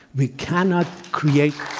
we cannot create